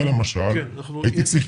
ממשרד החינוך,